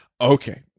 Okay